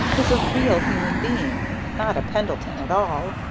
he's a real human being not a pendleton at all.